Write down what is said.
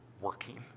working